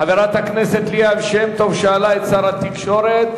חברת הכנסת ליה שמטוב שאלה את שר התקשורת